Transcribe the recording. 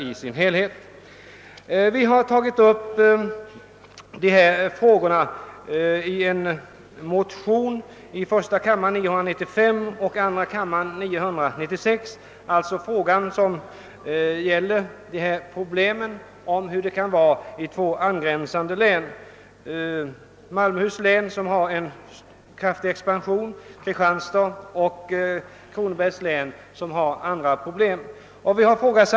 I motionsparet I:995 och II: 949 har vi påvisat hur olika förhållandena kan vara i län som gränsar till varandra: Malmöhus län har en kraftig expansion, Kristianstads och Kronobergs län har avfolkningsproblem inom vissa områden.